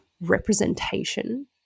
representation